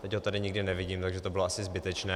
Teď ho tady nikde nevidím, takže to bylo asi zbytečné.